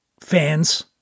fans